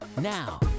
Now